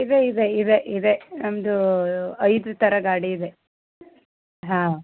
ಇದೆ ಇದೆ ಇದೆ ಇದೆ ನಮ್ಮದು ಐದು ಥರ ಗಾಡಿ ಇದೆ ಹಾಂ